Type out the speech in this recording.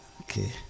Okay